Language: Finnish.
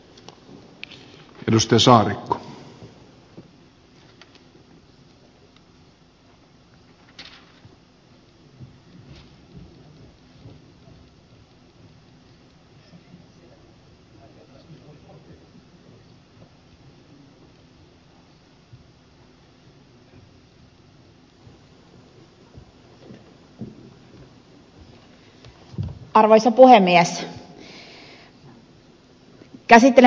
arvoisa puhemies